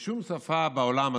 בשום שפה בעולם,